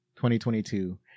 2022